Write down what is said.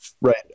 Right